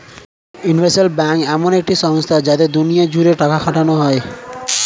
universal bank এমন এক সংস্থা যাতে দুনিয়া জুড়ে টাকা খাটানো যায়